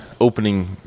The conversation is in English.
opening